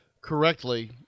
correctly